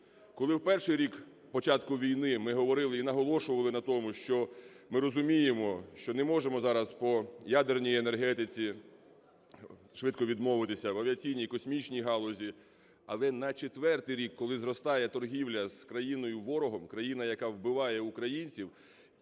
Коли в перший рік початку війни ми говорили і наголошували на тому, що ми розуміємо, що не можемо зараз по ядерній енергетиці швидко відмовитися, в авіаційній, в космічній галузі. Але на четвертий рік, коли зростає торгівля з країною-ворогом, країною, яка вбиває українців,